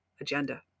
agenda